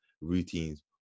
routines